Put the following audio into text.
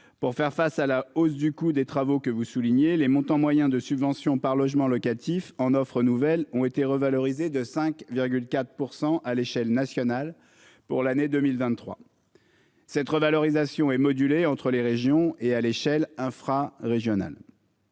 Pour faire face à la hausse du coût des travaux que vous soulignez les montants moyens de subvention par logement locatif en offrent nouvelles ont été revalorisée de 5,4%, à l'échelle nationale pour l'année 2023. Cette revalorisation est modulée entre les régions et à l'échelle infra-.